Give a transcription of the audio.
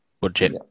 budget